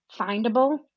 findable